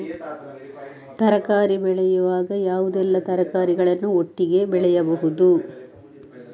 ತರಕಾರಿ ಬೆಳೆಯುವಾಗ ಯಾವುದೆಲ್ಲ ತರಕಾರಿಗಳನ್ನು ಒಟ್ಟಿಗೆ ಬೆಳೆಸಬಹುದು?